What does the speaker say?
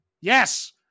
Yes